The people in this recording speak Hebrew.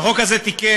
והחוק הזה תיקן,